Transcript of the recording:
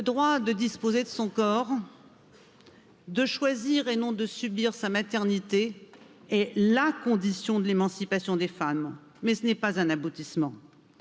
le droit de disposer de son corps de choisir et non de subir sa maternité est la condition de l'émancipation des femmes, mais ce n'est pas un aboutissement